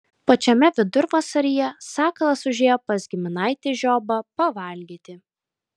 pačiame vidurvasaryje sakalas užėjo pas giminaitį žiobą pavalgyti